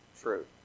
true